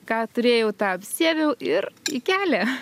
ką turėjau tą apsiaviau ir į kelią